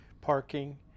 parking